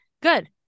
Good